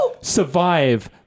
survive